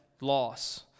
loss